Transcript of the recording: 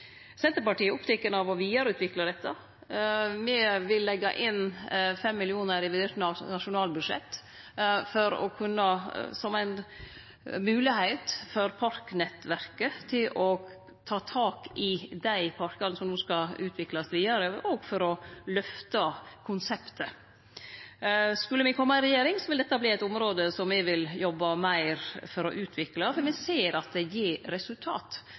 Senterpartiet er oppteke av å vidareutvikle dette. Me vil leggje inn 5 mill. kr i revidert nasjonalbudsjett, som ei moglegheit for parknettverket til å ta tak i dei parkane som no skal utviklast vidare, og òg for å løfte konseptet. Skulle me kome i regjering, vil dette verte eit område me vil jobbe meir for å utvikle, for me ser at det gir resultat. Og det er statsråden si eiga utgreiing som viser at det gir gode resultat